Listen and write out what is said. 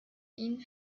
ihnen